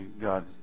God